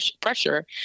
pressure